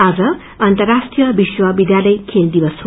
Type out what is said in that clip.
आज अर्न्तराष्ट्रिय विश्व विध्यालय खेल दिवस हो